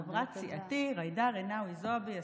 חברת סיעתי ג'ידא רינאוי זועבי,